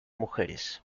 mujeres